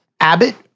Abbott